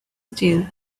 steel